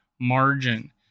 margin